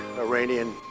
Iranian